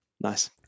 nice